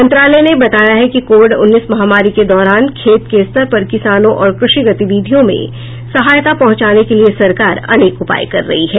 मंत्रालय ने बताया है कि कोविड उन्नीस महामारी के दौरान खेत के स्तर पर किसानों और कृषि गतिवधियों में सहायता पहुंचाने के लिए सरकार अनेक उपाय कर रही है